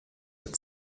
hat